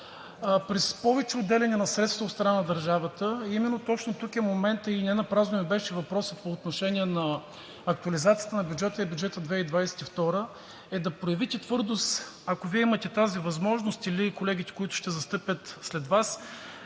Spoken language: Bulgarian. през повече отделяне на средства от страна на държавата? Именно тук е моментът и ненапразно беше въпросът ми по отношение актуализацията на бюджета и бюджет 2022 г. – да проявите твърдост, ако имате тази възможност, или колегите, които ще застъпят след Вас,